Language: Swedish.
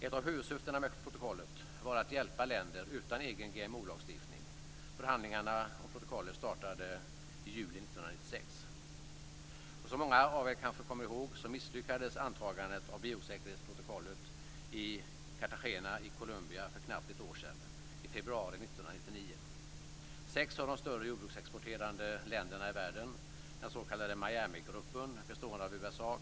Ett av huvudsyftena med protokollet var att man skulle hjälpa länder utan egen GMO lagstiftning. Förhandlingarna om protokollet startade i juli 1996. Som många av er kanske kommer ihåg misslyckades antagandet av biosäkerhetsprotokollet i Cartagena i Colombia för knappt ett år sedan, i februari 1999.